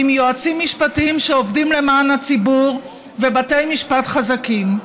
עם יועצים משפטיים שעובדים למען הציבור ובתי משפט חזקים.